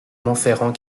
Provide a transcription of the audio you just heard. montferrand